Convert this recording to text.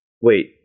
wait